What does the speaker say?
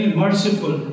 merciful